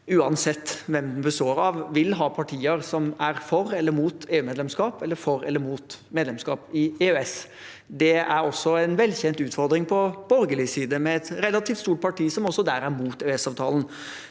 uansett hvem den består av, vil ha partier som er for eller mot EU-medlemskap, eller for eller mot medlemskap i EØS. Det er også en velkjent utfordring på borgerlig side, med et relativt stort parti som også er mot EØS-avtalen.